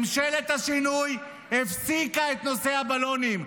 ממשלת השינוי הפסיקה את נושא הבלונים.